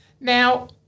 Now